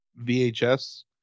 vhs